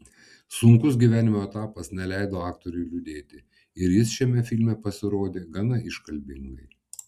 sunkus gyvenimo etapas neleido aktoriui liūdėti ir jis šiame filme pasirodė gana iškalbingai